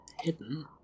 hidden